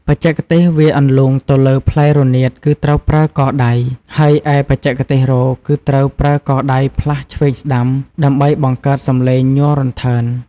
បច្ចេកទេសវាយអន្លូងទៅលើផ្លែរនាតគឺត្រូវប្រើកដៃ ហើយឯបច្ចេកទេសរោទ៍ គឺត្រូវប្រើកដៃផ្លាស់ឆ្វេងស្តាំដើម្បីបង្កើតសំឡេងញ័ររន្ថើន។